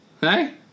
Hey